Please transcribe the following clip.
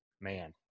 man